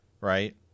Right